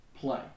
play